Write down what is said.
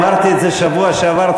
אמרתי את זה בשבוע שעבר,